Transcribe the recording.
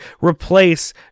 replace